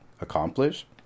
accomplish